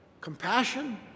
compassion